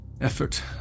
effort